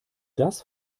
das